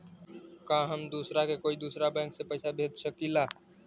का हम दूसरा के कोई दुसरा बैंक से पैसा भेज सकिला?